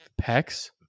Pecs